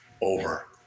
over